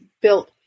built